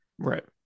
Right